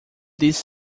these